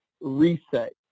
reset